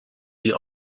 sie